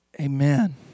Amen